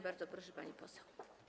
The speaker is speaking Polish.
Bardzo proszę, pani poseł.